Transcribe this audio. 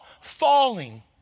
falling